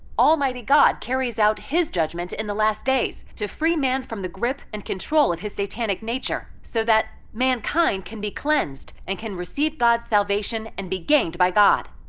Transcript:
almighty god carries out his judgment in the last days to free man from the grip and control of his satanic nature so that mankind can be cleansed and can receive god's salvation and be gained by god.